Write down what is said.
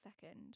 second